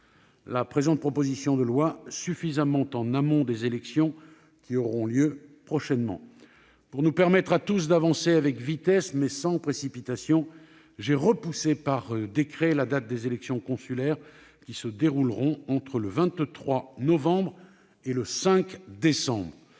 le présent texte suffisamment en amont des élections qui auront lieu prochainement. Pour nous permettre à tous d'avancer avec vitesse, mais sans précipitation, j'ai repoussé par décret la date des élections consulaires, qui se dérouleront entre les 22 novembre et 5 décembre